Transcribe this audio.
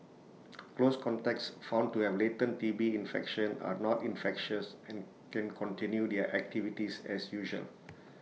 close contacts found to have latent T B infection are not infectious and can continue their activities as usual